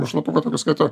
iš lapuko tokio skaito